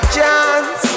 chance